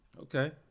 Okay